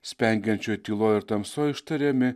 spengiančioj tyloj ir tamsoj ištariami